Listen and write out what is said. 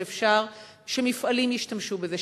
שאפשר שמפעלים ישתמשו בזה,